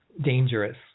dangerous